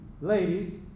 ladies